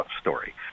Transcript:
story